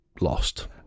lost